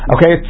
Okay